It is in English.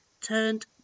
turned